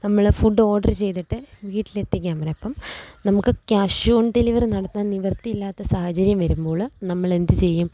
നമ്മള് food order ചെയ്തിട്ട് വീട്ടിലെത്തിക്കാൻ പറയും അപ്പോള് നമുക്ക് ക്യാഷ് ഓൺ ഡെലിവറി നടത്താൻ നിവർത്തിയില്ലാത്ത സാഹചര്യം വരുമ്പോൾ നമ്മള് എന്തു ചെയ്യും